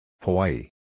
Hawaii